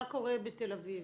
מה קורה בתל אביב?